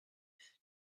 that